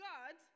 God